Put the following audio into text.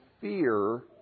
fear